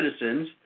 citizens